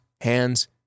hands